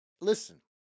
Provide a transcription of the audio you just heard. listen